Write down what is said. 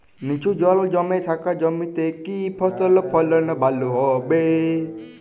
নিচু জল জমে থাকা জমিতে কি ফসল ফলন ভালো হবে?